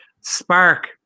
spark